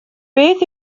beth